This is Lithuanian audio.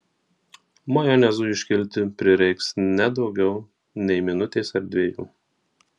majonezui iškilti prireiks ne daugiau nei minutės ar dviejų